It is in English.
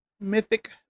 mythic